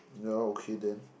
that one okay then